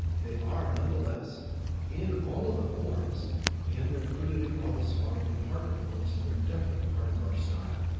they are nonetheless in all of the forms and they're included in all the sparring and partner forms, and they're definitely a part of our style.